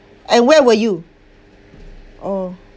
and where were you oh